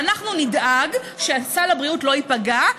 ואנחנו נדאג שסל הבריאות לא ייפגע,